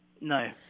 No